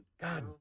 God